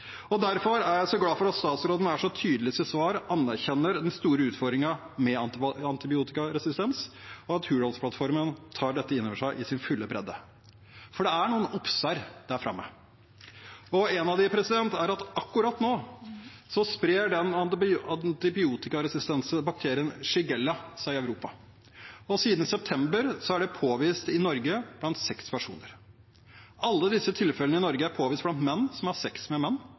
Derfor er jeg glad for at statsråden er så tydelig i sitt svar og anerkjenner den store utfordringen med antibiotikaresistens, og at Hurdalsplattformen tar dette innover seg i sin fulle bredde. For det er noen «obs-er» der framme, og en av dem er at akkurat nå sprer den antibiotikaresistente bakterien Shigella seg i Europa. Siden september er det i Norge påvist blant seks personer. Alle disse tilfellene i Norge er påvist blant menn som har sex med menn,